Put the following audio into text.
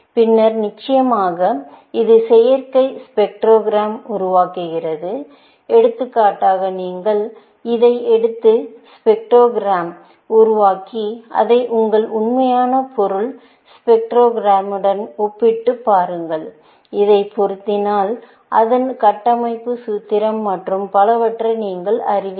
பின்னர் நிச்சயமாக இது செயற்கை ஸ்பெக்ட்ரோகிராமை உருவாக்குகிறது எடுத்துக்காட்டாக நீங்கள் இதை எடுத்து ஸ்பெக்ட்ரோகிராமை உருவாக்கி அதை உங்கள் உண்மையான பொருள் ஸ்பெக்ட்ரோகிராமுடன் ஒப்பிட்டுப் பாருங்கள் இதை பொருத்தினால் அதன் கட்டமைப்பு சூத்திரம் மற்றும் பலவற்றை நீங்கள் அறிவீர்கள்